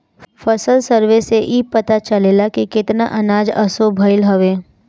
फसल सर्वे से इ पता चलेला की केतना अनाज असो भईल हवे